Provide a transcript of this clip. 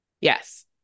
Yes